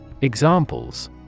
Examples